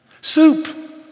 Soup